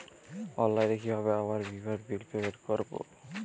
অনলাইনে কিভাবে আমার বীমার বিল পেমেন্ট করবো?